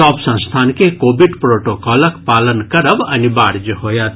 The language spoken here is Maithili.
सभ संस्थान के कोविड प्रोटोकॉलक पालन करब अनिवार्य होयत